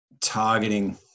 targeting